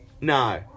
No